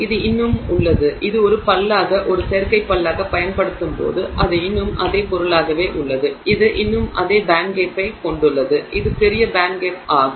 இது இன்னும் உள்ளது இது ஒரு பல்லாக ஒரு செயற்கை பல்லாகப் பயன்படுத்தப்படும்போது அது இன்னும் அதே பொருளாகவே உள்ளது இது இன்னும் அதே பேண்ட்கேப்பைக் கொண்டுள்ளது இது பெரிய பேண்ட்கேப் ஆகும்